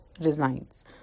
resigns